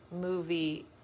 movie